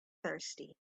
thirsty